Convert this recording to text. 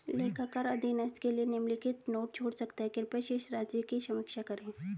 लेखाकार अधीनस्थ के लिए निम्नलिखित नोट छोड़ सकता है कृपया शेष राशि की समीक्षा करें